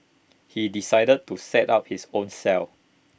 he decided to set up his own cell